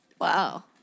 Wow